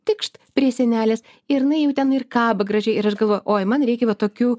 tikšt prie sienelės ir jinai jau ten ir kaba gražiai ir aš galvoju oi man reikia va tokių